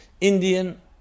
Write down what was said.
Indian